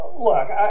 Look